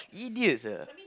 idiots ah